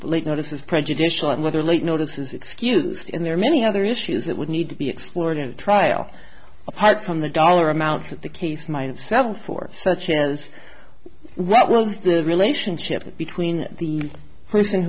late notices prejudicial and whether late notices excused and there are many other issues that would need to be explored in a trial apart from the dollar amount that the case might settle for such as what was the relationship between the person